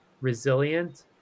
resilient